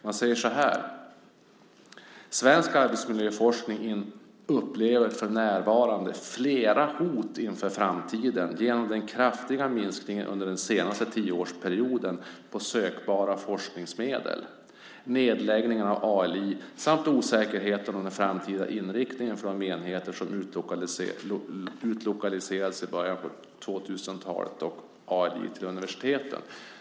Man säger så här: Svensk arbetsmiljöforskning upplever för närvarande flera hot inför framtiden genom den kraftiga minskningen under den senaste tioårsperioden av sökbara forskningsmedel, nedläggningen av ALI samt osäkerheten om den framtida inriktningen för de enheter som utlokaliserades till universiteten i början av 2000-talet.